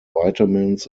vitamins